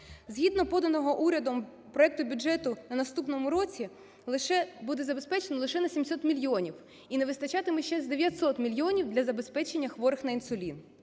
Згідно поданого урядом проекту бюджету на наступний рік лише буде забезпечено на 700 мільйонів і не вистачатиме ще 900 мільйонів для забезпечення хворих на інсулін.